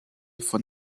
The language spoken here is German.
von